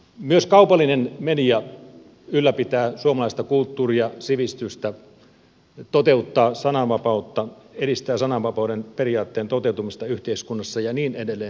myös kaupallinen media ylläpitää suomalaista kulttuuria sivistystä toteuttaa sananvapautta edistää sananvapauden periaatteen toteutumista yhteiskunnassa ja niin edelleen